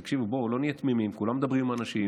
תקשיב, בוא לא נהיה תמימים, כולם מדברים עם אנשים.